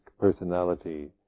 personality